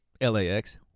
LAX